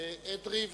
אדרי,